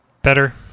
Better